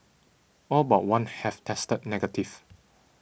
all but one have tested negative